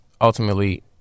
ultimately